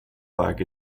black